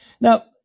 Now